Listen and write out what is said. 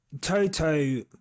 Toto